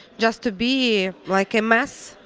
just to be like a mass,